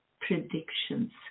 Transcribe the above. predictions